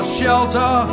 shelter